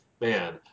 man